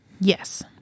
Yes